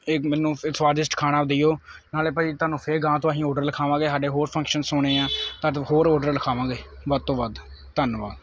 ਇਹ ਮੈਨੂੰ ਇਹ ਸੁਆਦਿਸ਼ਟ ਖਾਣਾ ਦਿਓ ਨਾਲੇ ਭਾਅ ਜੀ ਤੁਹਾਨੂੰ ਫਿਰ ਅਗਾਂਹ ਤੋਂ ਅਸੀਂ ਓਡਰ ਲਖਾਵਾਂਗੇ ਸਾਡੇ ਹੋਰ ਫ਼ੰਕਸ਼ਨਸ ਹੋਣੇ ਆ ਹੋਰ ਓਡਰ ਲਿਖਾਵਾਂਗੇ ਵੱਧ ਤੋਂ ਵੱਧ ਧੰਨਵਾਦ